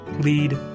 lead